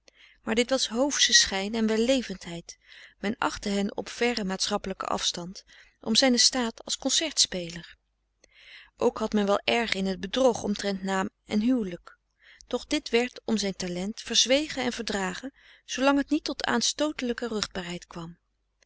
maar dit was hoofsche schijn en wellevendheid men frederik van eeden van de koele meren des doods achtte hen op verren maatschappelijken afstand om zijnen staat als concertspeler ook had men wel erg in t bedrog omtrent naam en huwelijk doch dit werd om zijn talent verzwegen en verdragen zoolang t niet tot aanstootelijke ruchtbaarheid kwam